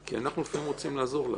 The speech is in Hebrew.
כי לפעמים אנחנו רוצים לעזור לכם.